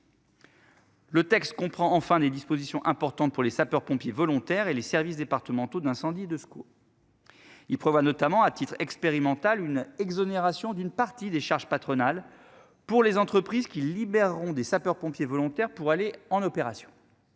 Le texte comprend enfin des dispositions importantes pour les sapeurs-pompiers volontaires et les services départementaux d'incendie et de secours. Il prévoit notamment à titre expérimental une exonération d'une partie des charges patronales pour les entreprises qui libéreront des sapeurs-pompiers volontaires pour aller en opération.